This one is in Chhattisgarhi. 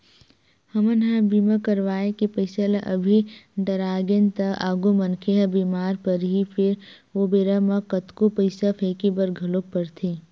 हमन ह बीमा करवाय के पईसा ल अभी डरागेन त आगु मनखे ह बीमार परही फेर ओ बेरा म कतको पईसा फेके बर घलोक परथे